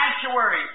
sanctuary